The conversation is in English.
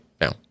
now